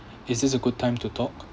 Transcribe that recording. is this a good time to talk